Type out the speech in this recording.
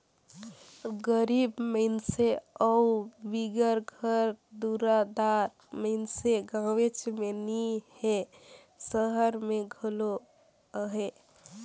गरीब मइनसे अउ बिगर घर दुरा दार मइनसे गाँवेच में नी हें, सहर में घलो अहें